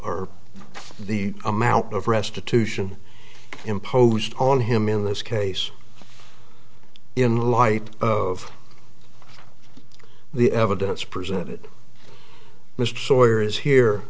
or the amount of restitution imposed on him in this case in light of the evidence presented mr sawyer is here